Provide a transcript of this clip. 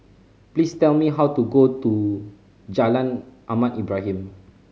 please tell me how to go to Jalan Ahmad Ibrahim